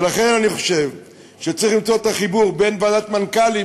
ולכן אני חושב שצריך למצוא את החיבור בין ועדת מנכ"לים,